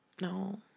No